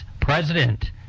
President